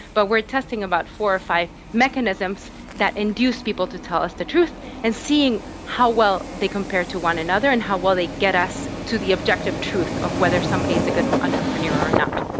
but we are testing about four or five mechanisms that induce people to tell us the truth, and seeing how well they compare to one another and how well they get us to the objective truth of whether somebody is a good entrepreneur or not.